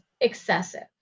excessive